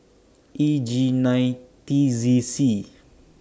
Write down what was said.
E G nine T Z C